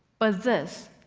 but this,